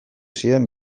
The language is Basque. ziren